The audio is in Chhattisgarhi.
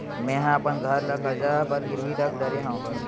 मेहा अपन घर ला कर्जा बर गिरवी रख डरे हव